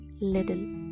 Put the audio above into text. little